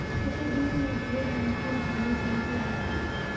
केते दिन में भेज अंकूर होबे जयते है?